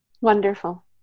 Wonderful